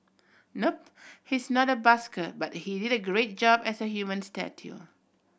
nope he's not a busker but he did a great job as a human statue